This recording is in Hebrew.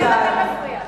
איתן,